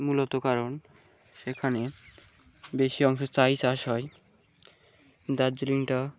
মূলত কারণ সেখানে বেশি অংশে চা ই চাষ হয় দার্জিলিংটা